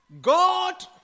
God